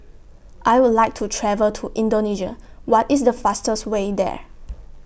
I Would like to travel to Indonesia What IS The fastest Way There